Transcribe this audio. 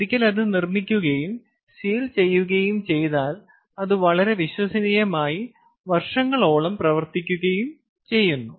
ഒരിക്കൽ അത് നിർമ്മിക്കുകയും സീൽ ചെയ്യുകയും ചെയ്താൽ അത് വളരെ വിശ്വസനീയമായി വർഷങ്ങളോളം പ്രവർത്തിക്കുകയും ചെയ്യുന്നു